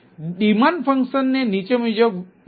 તેથી demand function ને નીચે મુજબ વ્યક્ત કરી શકાય છે